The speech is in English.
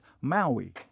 Maui